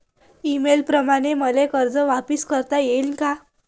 मईन्याप्रमाणं मले कर्ज वापिस करता येईन का?